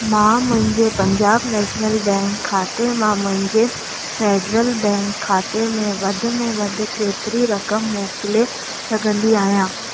मां मुंहिंजे Punjab national bank खाते मां मुंहिंजे फेडरल बैंक खाते में वध में वधि केतिरी रक़म मोकिले सघंदी आहियां